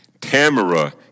Tamara